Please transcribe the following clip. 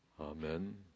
Amen